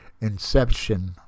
inception